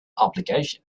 obligation